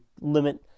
limit